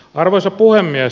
arvoisa puhemies